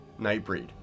Nightbreed